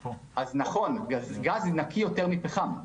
גז נקי יותר מפחם,